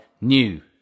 new